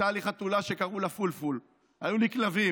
הייתה לי חתולה שקראו לה פולפול, היו לי כלבים,